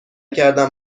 کردم